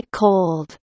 cold